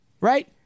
right